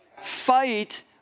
Fight